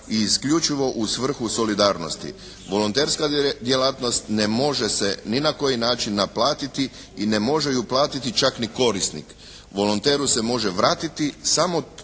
i isključivo u svrhu solidarnosti.» Volonterska djelatnost ne može se ni na koji način naplatiti i ne može ju platiti čak ni korisnik. Volonteru se može vratiti, mogu